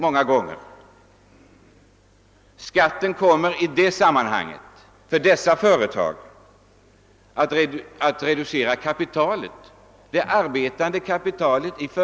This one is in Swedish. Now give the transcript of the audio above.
Skattehöjningarna kommer inom dessa näringar att reducera det inom företagen arbetande kapitalet.